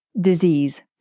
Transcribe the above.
disease